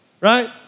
Right